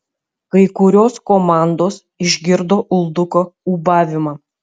kai kurios komandos išgirdo ulduko ūbavimą